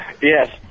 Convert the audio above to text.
Yes